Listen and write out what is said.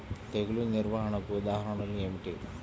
తెగులు నిర్వహణకు ఉదాహరణలు ఏమిటి?